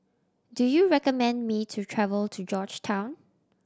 do you recommend me to travel to Georgetown